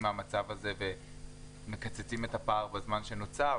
מהמצב הזה ומקצצים את הפער בזמן שנותר,